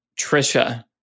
Trisha